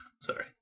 Sorry